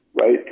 right